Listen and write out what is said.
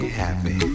happy